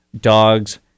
dogs